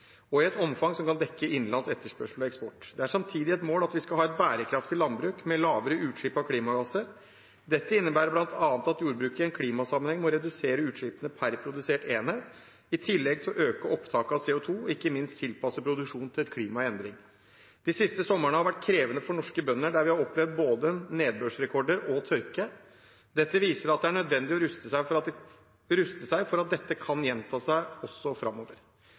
og i et omfang som kan dekke innenlands etterspørsel og eksport. Det er samtidig et mål at vi skal ha et bærekraftig landbruk med lavere utslipp av klimagasser. Dette innebærer bl.a. at jordbruket i en klimasammenheng må redusere utslippene per produsert enhet, i tillegg til å øke opptaket av CO 2 og ikke minst tilpasse produksjonen til et klima i endring. De siste somrene har vært krevende for norske bønder, der vi har opplevd både nedbørsrekorder og tørke. Det viser at det er nødvendig å ruste seg for at dette kan gjenta seg også framover. Jeg er glad for at jordbrukets organisasjoner har sagt seg